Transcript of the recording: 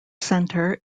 centre